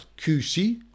QC